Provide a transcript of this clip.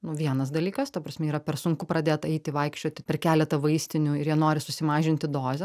nu vienas dalykas ta prasme yra per sunku pradėt eiti vaikščioti per keletą vaistinių ir jie nori susimažinti dozę